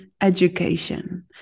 education